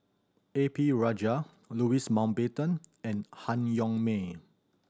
A P Rajah Louis Mountbatten and Han Yong May